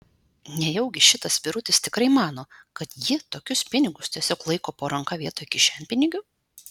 nejaugi šitas vyrutis tikrai mano kad ji tokius pinigus tiesiog laiko po ranka vietoj kišenpinigių